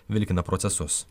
vilkina procesus